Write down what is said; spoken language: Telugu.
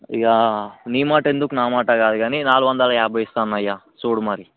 ఇకనీ మాట ఎందుకు నా మాట కాదు కానీ నాలుగు వందల యాభై ఇస్తాను అన్న ఇక చూడు మరి